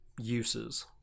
uses